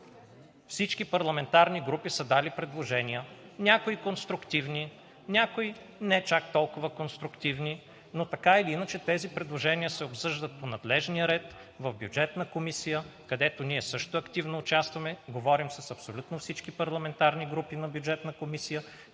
Всички парламентарни групи са дали предложения – някои конструктивни, някои не чак толкова конструктивни, но така или иначе тези предложения се обсъждат по надлежния ред в Бюджетната комисия, където ние също активно участваме. Говорим с абсолютно всички парламентарни групи в Бюджетната комисия,